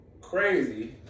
crazy